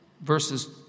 Verses